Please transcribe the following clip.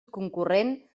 concurrent